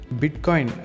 bitcoin